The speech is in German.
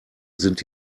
sind